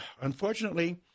unfortunately